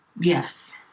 Yes